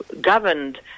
governed